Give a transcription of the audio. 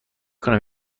کنم